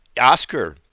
Oscar